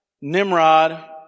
Nimrod